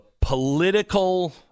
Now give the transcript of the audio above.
political